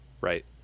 right